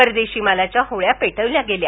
परदेशी मालाच्या होळ्या पेटवल्या गेल्या